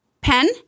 pen